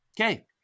Okay